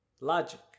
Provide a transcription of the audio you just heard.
Logic